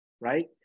Right